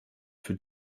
für